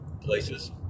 places